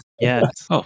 Yes